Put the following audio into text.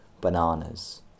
bananas